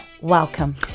welcome